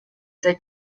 that